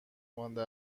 مانده